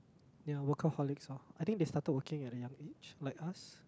ya workaholics loh I think they started working at a young age like us